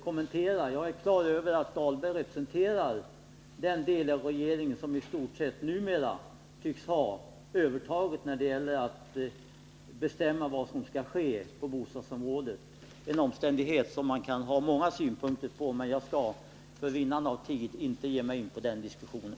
Jag är på det klara med att Rolf Dahlberg representerar den del av regeringen som numera tycks ha övertaget när det gäller att bestämma vad som skall ske på bostadsområdet, en omständighet som man kan ha många synpunkter på, men jag skall för vinnande av tid inte ge mig in i den diskussionen.